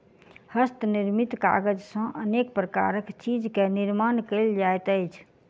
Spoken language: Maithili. हस्त निर्मित कागज सॅ अनेक प्रकारक चीज के निर्माण कयल जाइत अछि